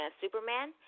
Superman